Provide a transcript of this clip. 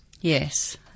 Yes